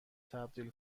تبدیل